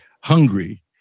Hungry